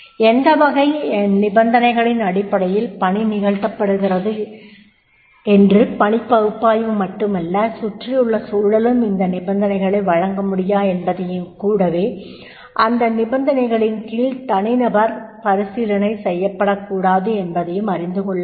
எந்த வகை நிபந்தனைகளின் அடிப்படையில் பணி நிகழ்த்தப்படுகிறதென்று பணிப் பகுப்பாய்வு மட்டுமல்ல சுற்றியுள்ள சூழலும் இந்த நிபந்தனைகளை வழங்க முடியுமா என்பதையும் கூடவே எந்த நிபந்தனைகளின் கீழ் தனினபர் பரிசீலணை செய்யப்படக்கூடாது என்பதையும் அறிந்துகொள்ளவேண்டும்